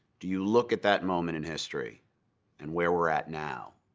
do you look at that moment in history and where we're at now,